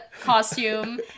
costume